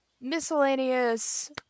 miscellaneous